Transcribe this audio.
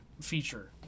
feature